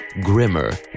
Grimmer